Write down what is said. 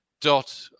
dot